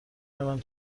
الان